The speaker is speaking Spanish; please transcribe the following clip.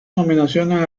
nominaciones